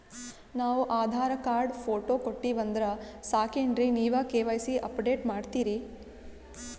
ನಾವು Aadhaar card, photo ಕೊಟ್ಟೀವಂದ್ರ ಸಾಕೇನ್ರಿ ನೀವ ಕೆ.ವೈ.ಸಿ ಅಪಡೇಟ ಮಾಡ್ತೀರಿ?